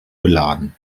beladen